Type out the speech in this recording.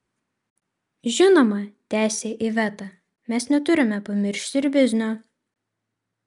žinoma tęsia iveta mes neturime pamiršti ir biznio